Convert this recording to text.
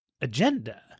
agenda